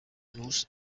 luz